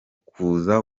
kuza